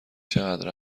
چقدر